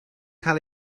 cael